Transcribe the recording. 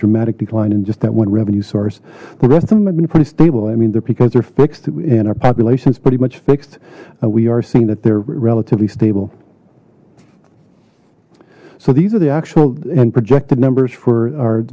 dramatic decline in just that one revenue source the rest of them i've been pretty stable i mean they're because they're fixed and our population is pretty much fixed we are seeing that they're relatively stable so these are the actual and projected numbers for our